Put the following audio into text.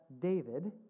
David